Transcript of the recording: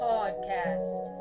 Podcast